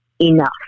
enough